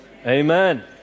Amen